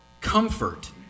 comfort